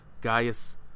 Gaius